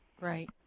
Right